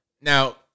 Now